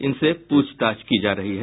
इनसे पूछताछ की जा रही है